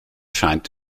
scheint